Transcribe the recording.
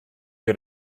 you